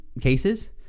cases